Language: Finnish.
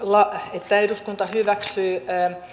että eduskunta hyväksyy